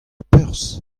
perzh